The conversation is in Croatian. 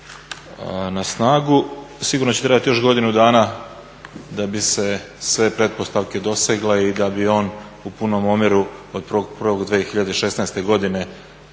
na snagu sigurno će trebati još godinu dana da bi se sve pretpostavke dosegle i da bi on u punom omjeru od 1.1.2016.godine